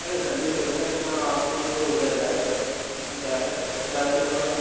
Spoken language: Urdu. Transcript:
ارے سر جی دیکھنا اتنا آپ کے لیے تو ہو جاتا ہے اس میں کیا ہے پچاس روپے میں